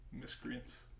miscreants